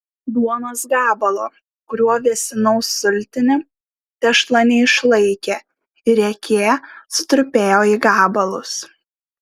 duonos gabalo kuriuo vėsinau sultinį tešla neišlaikė ir riekė sutrupėjo į gabalus